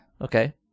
Okay